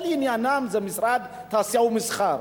שכל עניינם זה משרד תעשייה ומסחר,